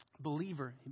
believer